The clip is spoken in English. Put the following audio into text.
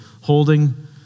holding